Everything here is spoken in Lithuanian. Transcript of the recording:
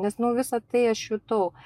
nes nu visa tai aš jutau